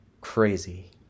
Crazy